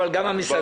אבל גם במסעדנות.